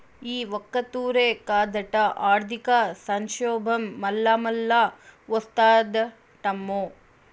ఈ ఒక్కతూరే కాదట, ఆర్థిక సంక్షోబం మల్లామల్లా ఓస్తాదటమ్మో